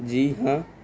جی ہاں